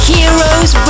Heroes